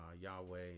Yahweh